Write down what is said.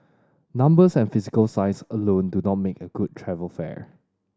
numbers and physical size alone do not make a good travel fair